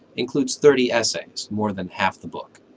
includes thirty essays, more than half the book.